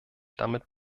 damit